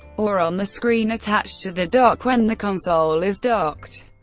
or on the screen attached to the dock when the console is docked.